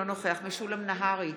אינו נוכח משולם נהרי,